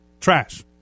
Trash